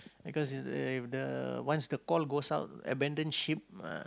because if the once the call goes out abandoned ship uh